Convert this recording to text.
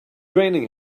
raining